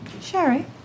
Sherry